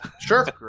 sure